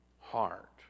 heart